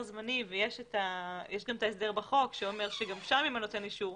זמני ויש את ההסדר בחוק שאמר שגם שם אם נותן אישור.